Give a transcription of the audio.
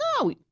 No